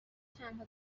تنها